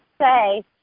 say